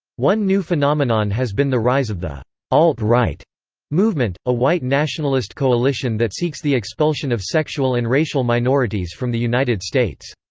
one new phenomenon has been the rise of the alt-right movement a white nationalist coalition that seeks the expulsion of sexual and racial minorities from the united states.